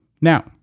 Now